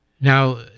Now